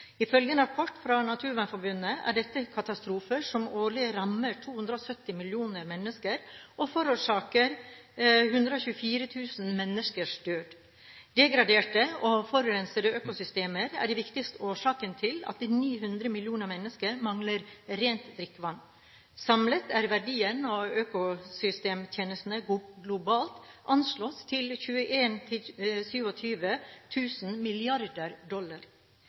Ifølge en rapport fra Naturvernforbundet er dette katastrofer som årlig rammer 270 millioner mennesker og forårsaker 124 000 menneskers død. Degraderte og forurensede økosystemer er den viktigste årsaken til at 900 millioner mennesker mangler rent drikkevann. Samlet er verdien av økosystemtjenestene globalt anslått til 21 000–27 000 mrd. dollar.